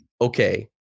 okay